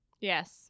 Yes